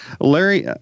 Larry